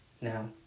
now